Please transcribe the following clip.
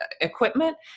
equipment